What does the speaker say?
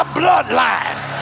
bloodline